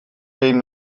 been